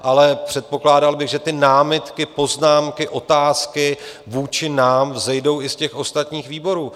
Ale předpokládal bych, že ty námitky, poznámky, otázky, vůči nám vzejdou i z ostatních výborů.